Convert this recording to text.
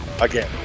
again